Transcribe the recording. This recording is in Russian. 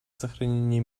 сохранение